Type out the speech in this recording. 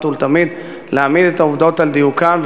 ולתמיד להעמיד את העובדות על דיוקן,